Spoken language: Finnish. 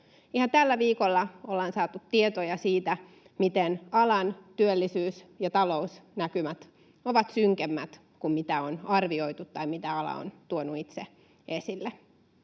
Ihan tällä viikolla ollaan saatu tietoja siitä, miten alan työllisyys- ja talousnäkymät ovat synkemmät kuin mitä on arvioitu tai mitä ala on tuonut itse esille.